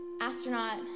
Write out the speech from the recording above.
astronaut